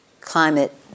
climate